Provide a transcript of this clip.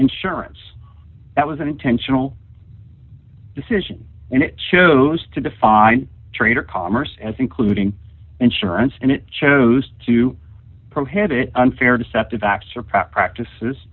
insurance that was an intentional decision and it chose to define traitor commerce as including insurance and it chose to prohibit unfair deceptive act